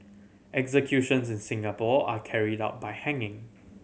executions in Singapore are carried out by hanging